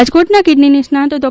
રાજકોટના કિડની નિષ્ણાંત ડો